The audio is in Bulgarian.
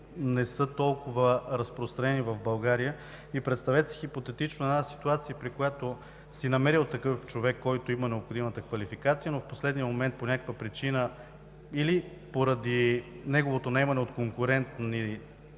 не са толкова разпространени в България. Представете си хипотетично една ситуация, при която си намерил такъв човек, който има необходимата квалификация, но в последния момент по някаква причина или поради неговото наемане от твои конкуренти,